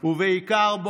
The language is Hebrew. ובעיקר,